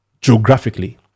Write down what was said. geographically